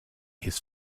his